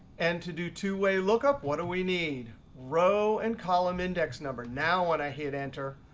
and to do two-way lookup, what we need? row and column index number. now when i hit enter,